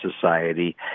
society